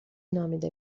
نامیده